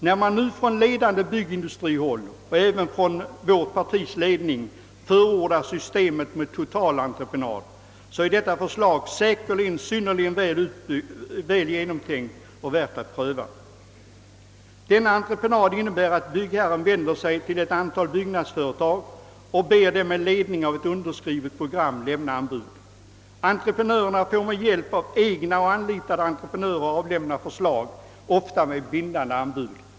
När man nu från ledande byggindustrihåll och även från socialdemokratiska partiets ledning förordar systemet med totalentreprenad, så är detta förslag säkerligen synnerligen väl genomtänkt och värt att pröva. Sådan entreprenad innebär att byggherren vänder sig till ett antal byggnadsföretag och ber dem med ledning av ett underskrivet program lämna anbud. Entreprenörerna får med hjälp av egna och anlitade entreprenörer avlämna förslag, ofta i form av bindande anbud.